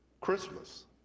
Christmas